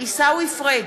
עיסאווי פריג'